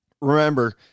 remember